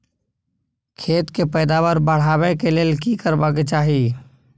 खेत के पैदावार बढाबै के लेल की करबा के चाही?